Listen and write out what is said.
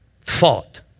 Fought